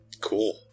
Cool